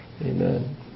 Amen